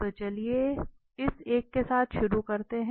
तो चलिए इस एक के साथ शुरू करते हैं